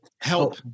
Help